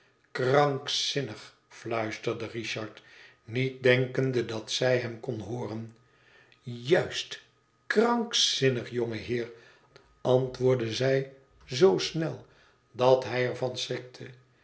krankzinnig fluisterde richard niet denkende dat zij hem kon hooren juist krankzinnig jonge heer antwoordde zij zoo snel dat hij er van